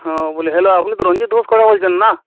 হ বলি হ্যালো আপনি তো রঞ্জিত ঘোষ কথা বলছেন না